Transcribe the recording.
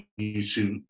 YouTube